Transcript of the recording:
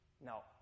Now